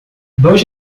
dois